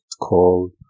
called